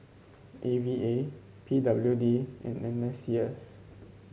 A V A P W D and N S C S